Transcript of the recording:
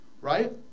Right